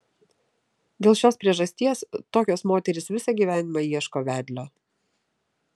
dėl šios priežasties tokios moterys visą gyvenimą ieško vedlio